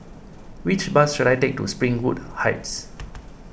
which bus should I take to Springwood Heights